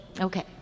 Okay